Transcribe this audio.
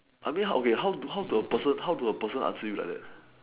I mean how okay how how do a person how do a person answer you like that